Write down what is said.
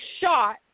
shot